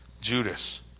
Judas